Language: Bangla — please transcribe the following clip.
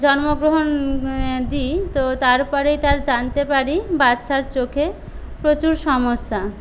জন্মগ্রহণ দিই তো তারপরে তার জানতে পারি বাচ্চার চোখে প্রচুর সমস্যা